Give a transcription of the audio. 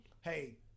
hey